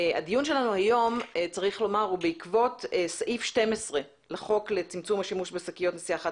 הדיון שלנו היום הוא בעקבות סעיף 12 לחוק לצמצום השימוש בשקיות נשיאה חד